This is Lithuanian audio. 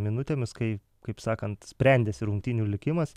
minutėmis kai kaip sakant sprendėsi rungtynių likimas